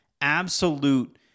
absolute